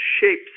shapes